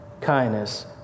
kindness